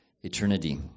eternity